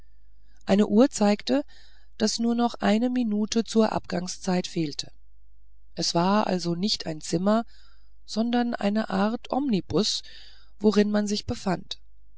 eine uhr zeigte daß nur noch eine minute zur abgangszeit fehlte es war also nicht ein zimmer sondern eine art omnibus worin man sich befand